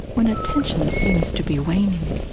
when attention seems to be waning,